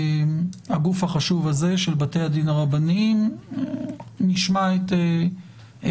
הגוף החשוב הזה של בתי הדין הרבניים ישמיע את דבריו.